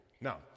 Now